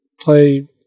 play